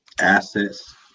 Assets